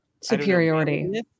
Superiority